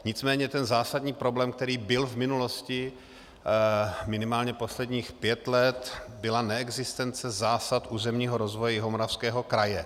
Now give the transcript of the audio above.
Nicméně ten zásadní problém, který byl v minulosti minimálně posledních pět let, byla neexistence zásad územního rozvoje Jihomoravského kraje.